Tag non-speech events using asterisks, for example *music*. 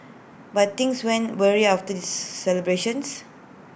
but things went awry after the *noise* celebrations